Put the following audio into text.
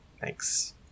Thanks